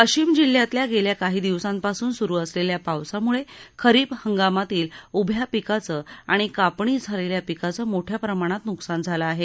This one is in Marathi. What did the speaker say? वाशिम जिल्ह्यातल्या गेल्या काही दिवसांपासून सुरू असलेल्या पावसामूळं खरीप हंगामातील उभ्या पिकांचं आणि कापणी झालेल्या पिकांच मोठ्या प्रमाणात नृकसान झाल आहे